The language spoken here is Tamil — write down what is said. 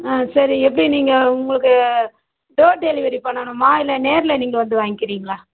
ஆ சரி எப்படி நீங்கள் உங்களுக்கு டோர் டெலிவரி பண்ணணுமா இல்லை நேரில் நீங்கள் வந்து வாங்கிறீங்களா